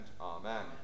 Amen